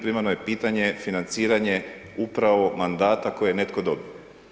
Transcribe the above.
Primarno je pitanje financiranje upravo mandata koji je netko dobio.